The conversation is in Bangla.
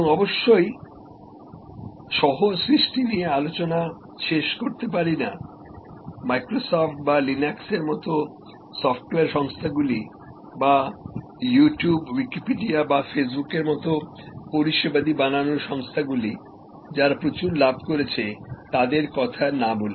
এবং অবশ্যই সহ সৃষ্টি নিয়ে আলোচনা শেষ করতে পারি নামাইক্রোসফ্ট বা লিনাক্স এর মত সফটওয়্যার সংস্থাগুলি বা ইউটিউব উইকিপিডিয়া বা ফেসবুকের মতো পরিষেবাদি বানানোর সংস্থাগুলি যারা প্রচুর লাভ করেছে তাদের কথা না বলে